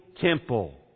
temple